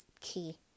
key